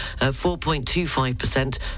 4.25%